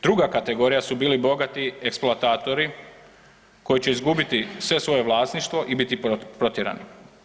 Druga kategorija su bili bogati eksploatatori koji će izgubiti sve svoje vlasništvo i biti protjerani.